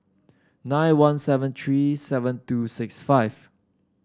nine one seven three seven two six five